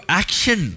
action